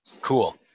cool